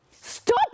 Stop